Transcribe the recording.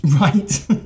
right